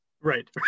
Right